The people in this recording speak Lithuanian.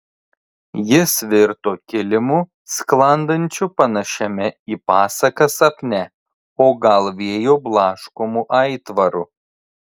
jis virto kilimu sklandančiu panašiame į pasaką sapne o gal vėjo blaškomu aitvaru